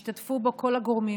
השתתפו בו כל הגורמים,